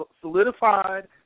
solidified